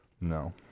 No